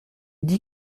dit